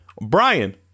brian